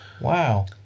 Wow